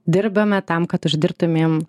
dirbame tam kad uždirbtumėm